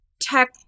tech